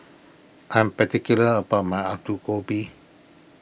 I am particular about my Alu Gobi